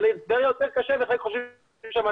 טבריה הוא יותר קשה וחלק חושבים שהמצב